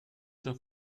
doch